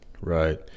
Right